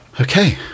Okay